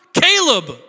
Caleb